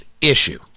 issue